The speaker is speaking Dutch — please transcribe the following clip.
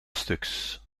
stuks